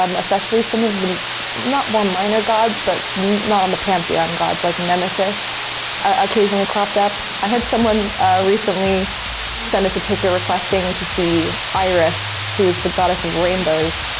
um especially some of the not more minor gods, but not on the pantheon gods, like nemesis occasionally cropped up. i had someone recently send us a ticket requesting to see iris, who is the goddess of rainbows.